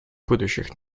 будущих